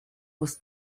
was